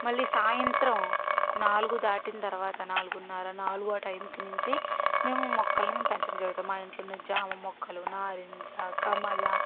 మళ్ళీ సాయంత్రం నాలుగు దాటిన తరువాత నాలుగున్నర నాలుగు ఆ టైంకి నుంచి మేము మొక్కలని పెంచడం జరుగుతుంది మా ఇంట్లోనే జామ మొక్కలు నారింజ కమల